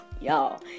Y'all